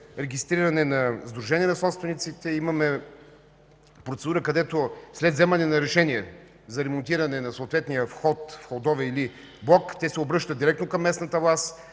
регистрирано сдружение на собствениците, имаме процедура, където след вземане на решение за ремонтиране на съответния вход или блок те да се обръщат директно към местната власт